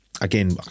Again